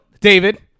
David